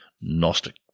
Gnostic